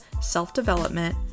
self-development